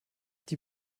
die